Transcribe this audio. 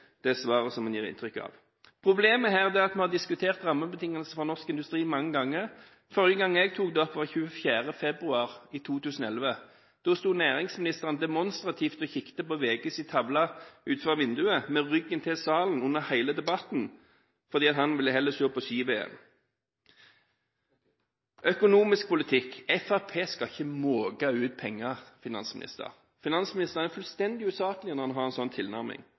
det man gir inntrykk av. Man har diskutert rammebetingelsene for norsk industri mange ganger. Forrige gang jeg tok det opp, var 24. februar 2011. Da sto næringsministeren demonstrativt og kikket på VGs tavle utenfor vinduet, med ryggen til salen under hele debatten, fordi han heller ville se på ski-VM. Økonomisk politikk: Fremskrittspartiet skal ikke «måke» ut penger. Finansministeren er fullstendig usaklig når han har en slik tilnærming.